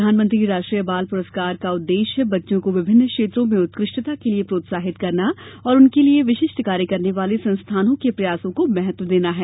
प्रधानमंत्री राष्ट्रीय बाल पुरस्कार का उद्देश्य बच्चों को विभिन्न क्षेत्रों में उत्कृष्टता के लिए प्रोत्साहित करना और उनके लिए विशिष्ट कार्य करने वाले संस्थानों के प्रयासों को महत्व देना है